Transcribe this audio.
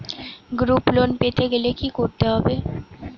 Group loan পেতে গেলে কি করতে হবে?